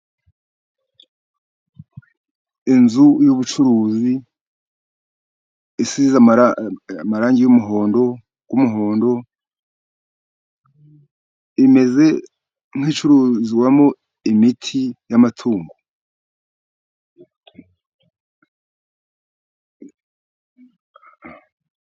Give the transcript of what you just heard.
Inzu y'ubucuruzi isize amarangi y'umuhondo, y'umuhondo. Imeze nk'iyi cururizwamo imiti y'amatungo.